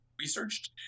researched